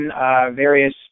various